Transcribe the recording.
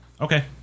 Okay